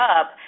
up